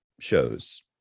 Shows